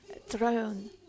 throne